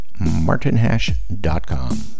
martinhash.com